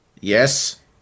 yes